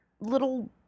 little